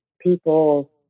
people